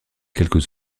quelques